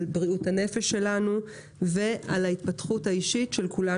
על בריאות הנפש שלנו ועל ההתפתחות האישית שלנו,